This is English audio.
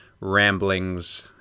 ramblings